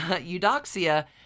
Eudoxia